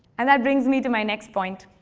and that brings me to my next point.